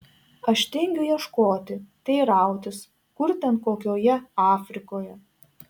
aš tingiu ieškoti teirautis kur ten kokioje afrikoje